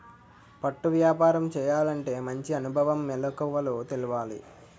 పట్టు వ్యాపారం చేయాలంటే మంచి అనుభవం, మెలకువలు తెలవాలి